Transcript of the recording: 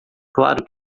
claro